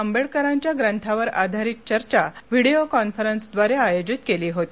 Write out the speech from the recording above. आंबेडकरांच्या प्रथावर आधारित चर्चा व्हिडिओ कॉन्फरन्सद्वारे आयोजित केली होती